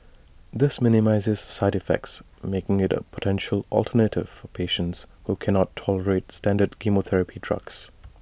this minimises side effects making IT A potential alternative for patients who cannot tolerate standard chemotherapy drugs